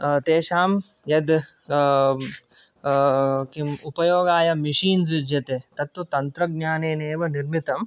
तेषां यत् किम् उपयोगाय मिशीन्स् युज्यते तत्तु तन्त्रज्ञानेनैव निर्मितम्